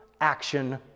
action